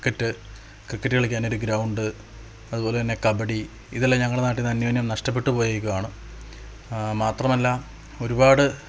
cricket cricket കളിക്കാനൊരു ground അതുപോലെതന്നെ കബഡി ഇതെല്ലാം ഞങ്ങളെ നാട്ടീന്ന് അന്യോന്യം നഷ്ടപ്പെട്ടുപോയേക്കുവാണ് മാത്രമല്ല ഒരുപാട്